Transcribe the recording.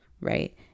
right